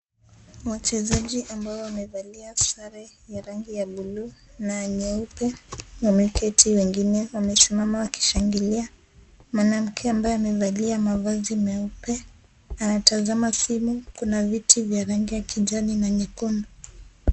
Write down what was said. Wachezaji ambao wamevalia sare ya rangi ya buluu na nyeupe na wameketi wengine wamesimama wakishangilia, mwanamke ambaye amevalia mavazi meupe anatazama simu, kuna viti vya rangi ya kijani na nyekundu.